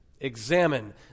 examine